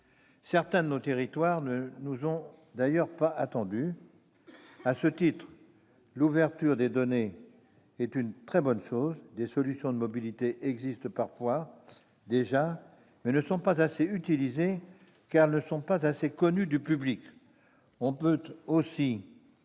Certains territoires ne nous ont d'ailleurs pas attendus. À ce titre, l'ouverture des données est une très bonne chose. Des solutions de mobilité existent parfois déjà, mais elles ne sont pas assez utilisées, faute d'être suffisamment connues du public. On peut aussi